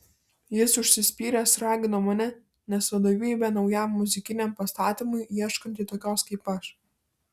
jis užsispyręs ragino mane nes vadovybė naujam muzikiniam pastatymui ieškanti tokios kaip aš